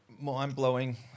mind-blowing